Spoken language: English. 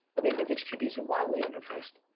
i think vintage qb's are wildly under priced.